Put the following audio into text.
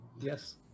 Yes